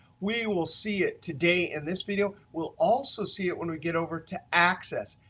we will see it today in this video. we'll also see it when we get over to access.